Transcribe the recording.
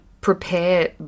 prepare